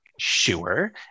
Sure